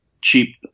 cheap